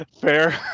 Fair